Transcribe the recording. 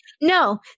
No